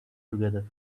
together